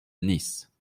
nice